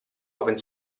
open